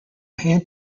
hand